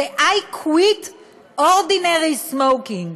זה I Quit Ordinary Smoking,